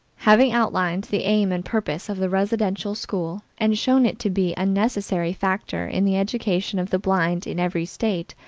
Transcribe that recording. having outlined the aim and purpose of the residential school, and shown it to be a necessary factor in the education of the blind in every state,